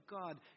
God